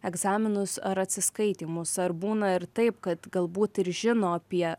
egzaminus ar atsiskaitymus ar būna ir taip kad galbūt ir žino apie